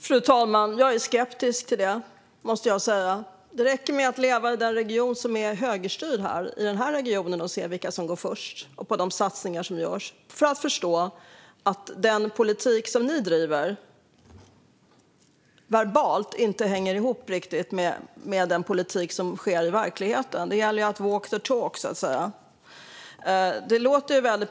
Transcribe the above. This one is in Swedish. Fru talman! Jag är skeptisk till det, måste jag säga. Det räcker med att leva i min högerstyrda region för att se vilka som går först och vilka satsningar som görs och för att förstå att den politik som Moderaterna driver verbalt inte riktigt hänger ihop med den politik som bedrivs i verkligheten. Det gäller att så att säga walk the talk.